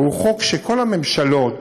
ובכל הממשלות,